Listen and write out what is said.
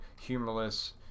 humorless